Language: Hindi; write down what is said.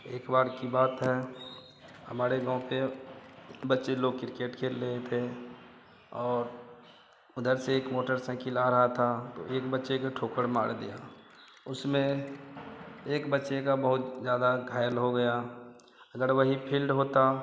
एक बार की बात है हमारे गाँव के बच्चे लोग किरकेट खेल रहे थे और उधर से एक मोटरसाइकिल आ रही थी तो एक बच्चे को ठोकर मार दिया उसमें एक बच्चे का बहुत ज़्यादा घायल हो गया अगर वही फिल्ड होता